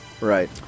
Right